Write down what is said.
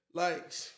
likes